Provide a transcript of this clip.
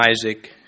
Isaac